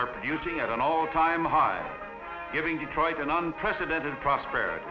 are producing at an all time high giving to try to an unprecedented prosperity